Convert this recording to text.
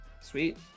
Sweet